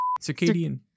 Circadian